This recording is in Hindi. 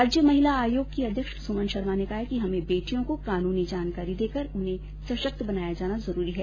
राज्य महिला आयोग की अध्यक्ष सुमन शर्मा ने कहा है कि हमे बेटियों को कानूनी जानकारी देकर उन्हें सशक्त बनाया जाना जरूरी है